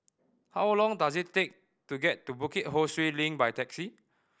how long does it take to get to Bukit Ho Swee Link by taxi